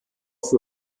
für